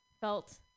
felt